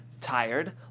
tired